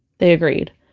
they agreed